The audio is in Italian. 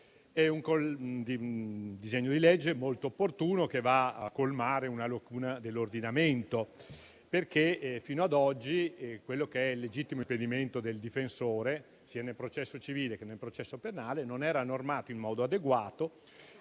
è un disegno di legge molto opportuno, che va a colmare una lacuna dell'ordinamento. Fino ad oggi, infatti, quello che era il legittimo impedimento del difensore, sia nel processo civile che nel processo penale, non era normato in modo adeguato